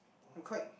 I'm quite